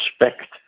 respect